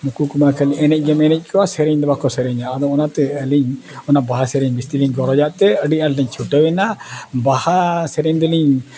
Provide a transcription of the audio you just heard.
ᱩᱱᱠᱩ ᱠᱚᱢᱟ ᱠᱷᱟᱹᱞᱤ ᱮᱱᱮᱡ ᱜᱮᱢ ᱮᱱᱮᱡ ᱠᱚ ᱥᱮᱨᱮᱧ ᱫᱚ ᱵᱟᱠᱚ ᱥᱮᱨᱮᱧᱟ ᱟᱫᱚ ᱚᱱᱟᱛᱮ ᱟᱹᱞᱤᱧ ᱚᱱᱟ ᱵᱟᱦᱟ ᱥᱮᱨᱮᱧ ᱵᱮᱥᱤᱞᱤᱧ ᱜᱚᱨᱚᱡᱟᱜ ᱛᱮ ᱟᱹᱰᱤ ᱟᱸᱴ ᱞᱤᱧ ᱪᱷᱩᱴᱟᱹᱣ ᱮᱱᱟ ᱵᱟᱦᱟ ᱥᱮᱨᱮᱧ ᱫᱚᱞᱤᱧ